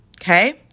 Okay